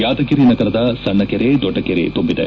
ಯಾದಗಿರಿ ನಗರದ ಸಣ್ಣ ಕೆರೆ ದೊಡ್ಡ ಕೆರೆ ತುಂಬಿದೆ